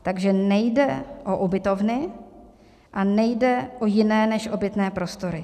Takže nejde o ubytovny a nejde o jiné než obytné prostory.